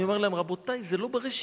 אני אומר להם: רבותי, זה לא ברשימה.